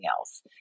else